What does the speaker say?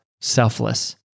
selfless